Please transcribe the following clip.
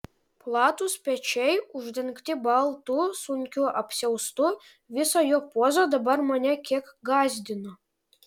platūs pečiai uždengti baltu sunkiu apsiaustu visa jo poza dabar mane kiek gąsdino